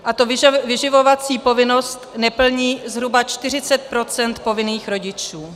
A to vyživovací povinnost neplní zhruba 40 % povinných rodičů.